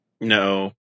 No